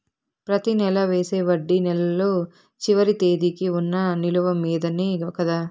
ప్రతి నెల వేసే వడ్డీ నెలలో చివరి తేదీకి వున్న నిలువ మీదనే కదా?